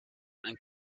and